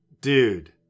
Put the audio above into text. dude